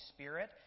Spirit